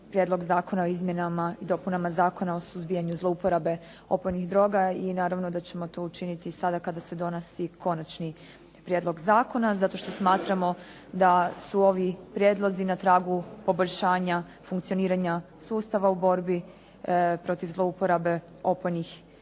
Prijedlog zakona o izmjenama i dopunama Zakona o suzbijanju zlouporabe opojnih droga i naravno da ćemo to učiniti sada kada se donosi konačni prijedlog zakona zato što smatramo da su ovi prijedlozi na tragu poboljšanja funkcioniranja sustava u borbi protiv zlouporabe opojnih droga